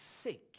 sick